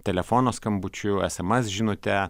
telefono skambučiu sms žinute